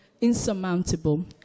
insurmountable